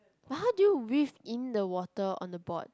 but how do you weave in the water on the board